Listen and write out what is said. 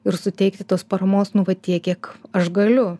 ir suteikti tos paramos nu va tiek kiek aš galiu